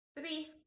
three